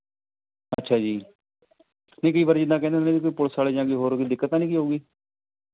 ਅੱਛਾ ਜੀ ਨਹੀਂ ਕਈ ਵਾਰੀ ਇੱਦਾਂ ਕਹਿੰਦੇ ਹੁੰਦੇ ਵੀ ਕੋਈ ਪੁਲਿਸ ਵਾਲੇ ਜਾਂ ਹੋਰ ਕੋਈ ਦਿੱਕਤ ਤਾਂ ਨਹੀਂ ਆਵੇਗੀ